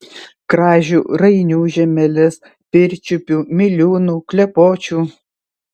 kražių rainių žemelės pirčiupių miliūnų klepočių